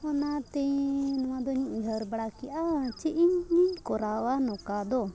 ᱚᱱᱟᱛᱮ ᱱᱚᱣᱟᱫᱚᱧ ᱩᱭᱦᱟᱹᱨ ᱵᱟᱲᱟ ᱠᱮᱜᱼᱟ ᱪᱮᱫ ᱤᱧ ᱠᱚᱨᱟᱣᱟ ᱱᱚᱝᱠᱟ ᱫᱚ